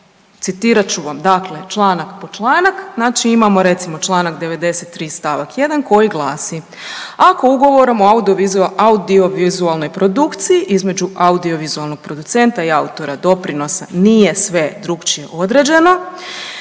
citirat ću vam dakle članak po članak, znači imamo recimo članak 93. stavak 1. koji glasi: „Ako ugovorom o audiovizualnoj produkciji između audio vizualnog producenta i autora doprinosa nije sve drukčije određeno